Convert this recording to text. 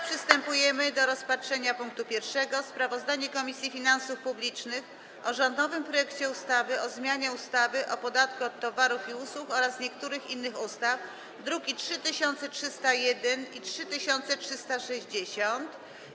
Przystępujemy do rozpatrzenia punktu 1. porządku dziennego: Sprawozdanie Komisji Finansów Publicznych o rządowym projekcie ustawy o zmianie ustawy o podatku od towarów i usług oraz niektórych innych ustaw (druki nr 3301 i 3360)